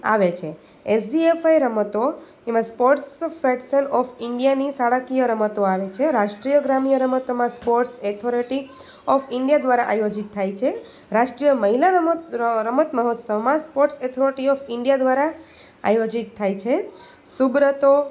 આવે છે એસજીએફઆઈ રમતો એમાં સ્પોર્ટ્સ ફેટશન ઓફ ઈન્ડિયાની શાળાકીય રમતો આવે છે રાષ્ટ્રીય ગ્રામ્ય રમતોમાં સ્પોર્ટ્સ એથોરેટી ઓફ ઈન્ડિયા દ્વારા આયોજિત થાય છે રાષ્ટ્રીય મહિલા રમત રમત મહોત્સવમાં સ્પોર્ટ્સ એથોરિટી ઓફ ઈન્ડિયા દ્વારા આયોજિત થાય છે સુબ્રોતો